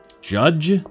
judge